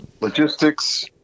logistics